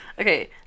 Okay